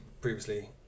previously